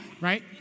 Right